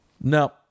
No